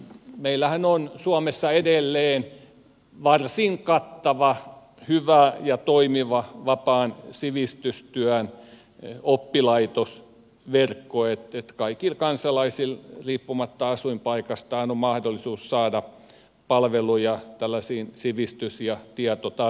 meillähän on suomessa edelleen varsin kattava hyvä ja toimiva vapaan sivistystyön oppilaitosverkko niin että kaikilla kansalaisilla riippumatta asuinpaikastaan on mahdollisuus saada palveluja tällaisiin sivistys ja tietotarpeisiin